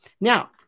Now